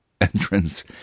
entrance